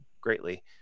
greatly